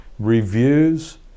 reviews